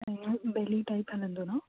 ऐं बेली टाइप हलंदो न